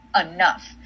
enough